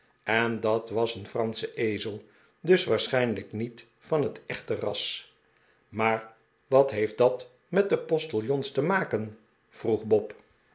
en dat was een fransche ezel dus waarschijnlijk met van het echte ras maar wat heeft dat met de postiljons te maken vroeg bob